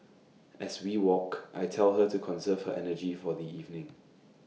as we walk I tell her to conserve her energy for the evening